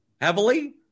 heavily